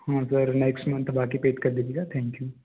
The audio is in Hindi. हाँ सर नेक्स्ट मन्थ बाकी पेड कर दीजिएगा थैंक यू